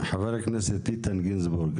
חה"כ איתן גינזבורג,